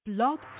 blog